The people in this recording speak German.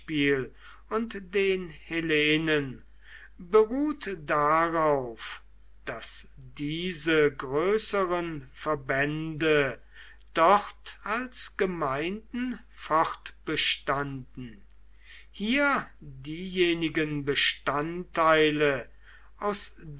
und den hellenen beruht darauf daß diese größeren verbände dort als gemeinden fortbestanden hier diejenigen bestandteile aus